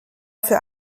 für